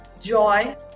Joy